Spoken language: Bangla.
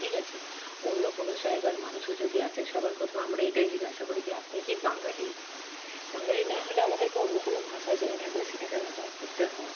ঠিক আছে অন্য কোনো জায়গার মানুষও যদি আসে সবার প্রথমে আমরা এটাই জিজ্ঞাসা করি কি আপনি কি বাঙালি বাঙালি না হলে আমাদেরকে অন্য কোনো ভাষা জেনে থাকলে সেটাকে ব্যবহার করতে হয়